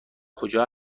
کجا